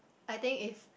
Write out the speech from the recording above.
I think if